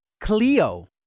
Cleo